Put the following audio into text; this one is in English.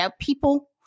people